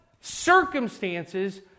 circumstances